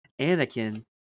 Anakin